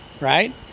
right